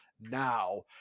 now